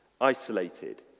isolated